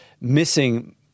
missing